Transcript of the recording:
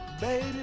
Baby